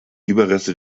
überreste